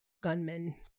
gunmen